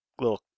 little